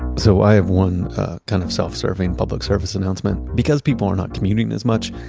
so i have one kind of self-serving public service announcement. because people are not commuting as much,